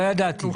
לא ידעתי.